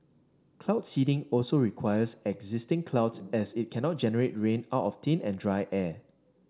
cloud seeding also requires existing clouds as it cannot generate rain out of thin and dry air